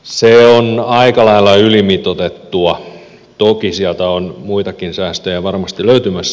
se on aika lailla ylimitoitettua tulkitsijalta on muitakin säästöjä varmasti löytyy myös